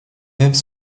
mêmes